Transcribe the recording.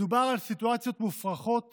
מדובר על סיטואציות מופרכות